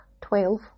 twelve